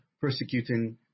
persecuting